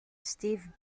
steve